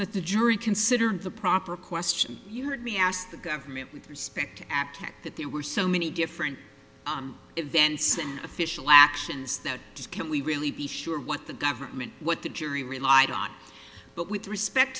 that the jury considered the proper question you heard me ask the government with respect act that there were so many different events and official actions that can we really be sure what the government what the jury relied on but with respect